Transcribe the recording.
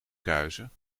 kuisen